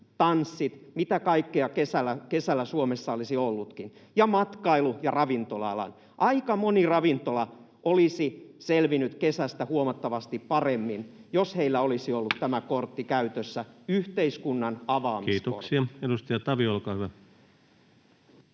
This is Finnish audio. auki, mitä kaikkea kesällä Suomessa olisi ollutkin, ja matkailu‑ ja ravintola-alan. Aika moni ravintola olisi selvinnyt kesästä huomattavasti paremmin, jos heillä olisi ollut tämä kortti käytössä — yhteiskunnanavaamiskortti. [Speech 56] Speaker: